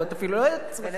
אפילו לא את עצמכם.